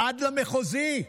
עד למחוזי?